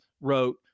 wrote